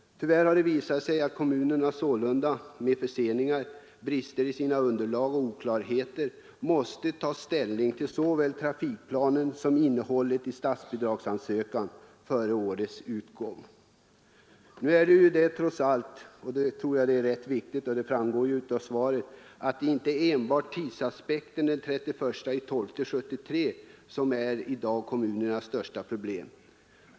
Tyvärr har det visat sig att kommunerna sålunda trots förseningar, brister i underlaget och oklarheter måste ta ställning till såväl trafikplanen som innehållet i statsbidragsansökan före årets utgång. Men såsom framgår av svaret — jag tror det är rätt viktigt — är inte datum den 31 december 1973 kommunernas största problem i dag.